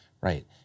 Right